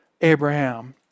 Abraham